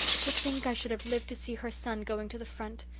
to think i should have lived to see her son going to the front.